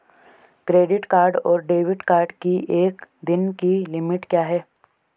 Credit card और debit card की एक दिन की लिमिट क्या है?